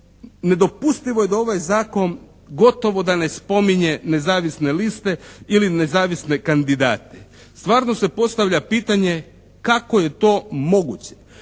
Nedopustivo je da ovaj Zakon gotovo da ne spominje nezavisne liste ili nezavisne kandidate. Stvarno se postavlja pitanje kako je to moguće?